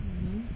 mmhmm